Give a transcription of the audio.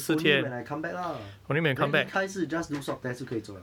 only when I come back lah then 离开是 just do swab test 就可以走 liao